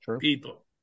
people